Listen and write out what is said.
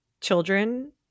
children